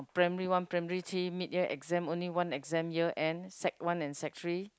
primary one primary three mid year exam only one exam year end sec one and sec three